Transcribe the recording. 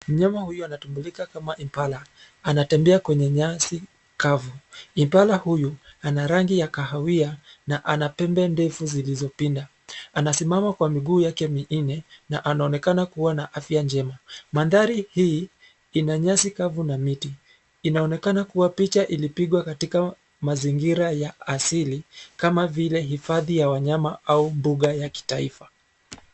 Mnyama huyu anatambulika kama impala. Anatembea kwenye nyasi kavu. Impala huyu ana rangi ya kahawia, na ana pembe ndefu zilizopinda. Anasimama kwa miguu yake minne na anaonekana kuwa na afya njema. Mandhari hii ina nyasi kavu na miti. Inaonekana kuwa picha ilipigwa katika mazingira ya asili, kama vile hifadhi ya wanyama au mbuga ya kitaifa.